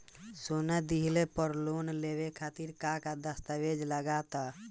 सोना दिहले पर लोन लेवे खातिर का का दस्तावेज लागा ता?